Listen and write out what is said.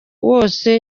wose